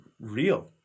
real